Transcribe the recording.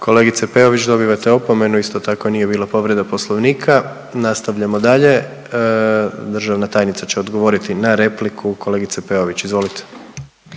Kolegice Peović, dobivate opomenu, isto tako nije bila povreda Poslovnika. Nastavljamo dalje. Državna tajnica će odgovoriti na repliku kolegice Peović, izvolite.